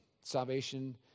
Salvation